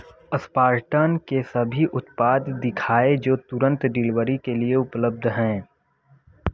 Spartan के सभी उत्पाद दिखाएँ जो तुरंत डिलीवरी के लिए उपलब्ध हैं